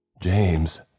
James